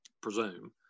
presume